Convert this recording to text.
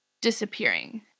disappearing